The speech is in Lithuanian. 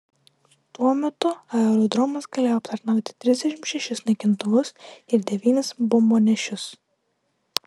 tuo metu aerodromas galėjo aptarnauti trisdešimt šešis naikintuvus ir devynis bombonešius